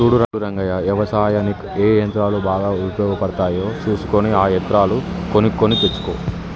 సూడు రంగయ్య యవసాయనిక్ ఏ యంత్రాలు బాగా ఉపయోగపడుతాయో సూసుకొని ఆ యంత్రాలు కొనుక్కొని తెచ్చుకో